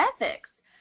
ethics